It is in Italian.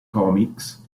comics